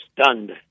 stunned